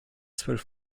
zwölf